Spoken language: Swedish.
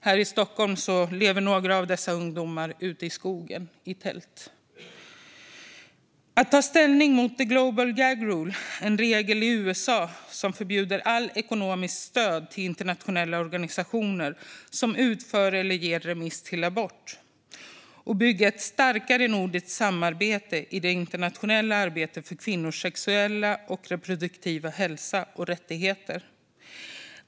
Här i Stockholm lever några av dessa ungdomar ute i skogen i tält. Ytterligare förslag som vi har lagt fram i Nordiska rådet handlar om att ta ställning mot the global gag rule, en regel i USA som förbjuder allt ekonomiskt stöd till internationella organisationer som utför eller ger remiss till abort, och bygga ett starkare nordiskt samarbete i det internationella arbetet för kvinnors sexuella och reproduktiva hälsa och rättigheter.